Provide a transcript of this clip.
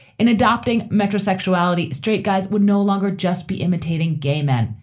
in adopting metro sexuality, straight guys would no longer just be imitating gay men.